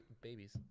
babies